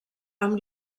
amb